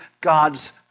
God's